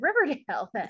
Riverdale